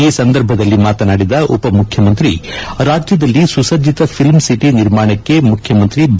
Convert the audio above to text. ಈ ಸಂದರ್ಭದಲ್ಲಿ ಮಾತನಾಡಿದ ಉಪಮುಖ್ಯಮಂತ್ರಿ ರಾಜ್ಯದಲ್ಲಿ ಸುಸಜ್ಜಿತ ಫಿಲಂ ಸಿಟಿ ನಿರ್ಮಾಣಕ್ಕೆ ಮುಖ್ಯಮಂತ್ರಿ ಬಿ